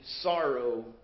sorrow